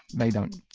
they don't.